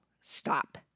stop